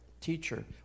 teacher